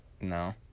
No